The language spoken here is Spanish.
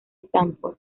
stanford